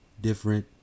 different